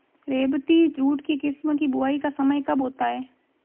रेबती jute के किस्म की बुवाई का समय कब होता है?